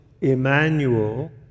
Emmanuel